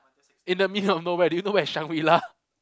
in the middle of nowhere do you know where is Shangri-La